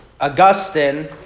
Augustine